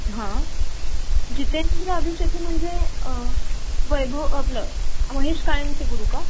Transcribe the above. हां जितेंद्र अभिषेकी म्हणजे वैभव आपलं महेश काळेंचे गुरू का